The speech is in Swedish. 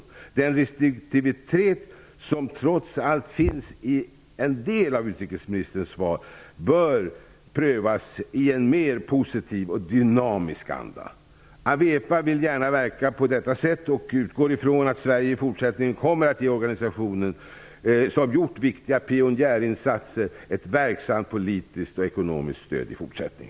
I fråga om den restriktivitet som trots allt finns i en del av utrikesministerns svar bör en omprövning ske i en mer positiv och dynamisk anda. AWEPA vill gärna verka på detta sätt och utgår från att Sverige i fortsättningen kommer att ge organisationen, som gjort viktiga pionjärinsatser, ett verksamt politiskt och ekonomiskt stöd.